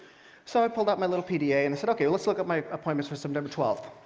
so i pulled out my little pda, and i said, okay, let's look up my appointments for september twelfth.